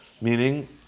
Meaning